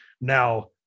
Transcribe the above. Now